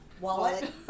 wallet